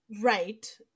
Right